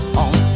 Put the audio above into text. on